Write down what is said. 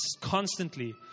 constantly